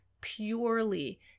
purely